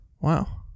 Wow